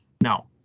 Now